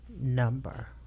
number